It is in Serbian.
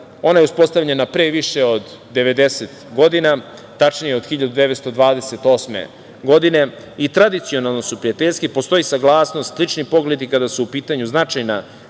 Ona je uspostavljena pre više od 90 godina, tačnije od 1928. godine i tradicionalno su prijateljski. Postoji saglasnost, slični pogledi kada su u pitanju značajna